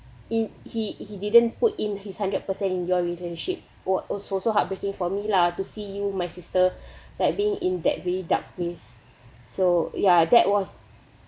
he he he didn't put in his hundred percent in your relationship were also so heartbreaking for me lah to see you my sister like being in that way dark place so yeah that was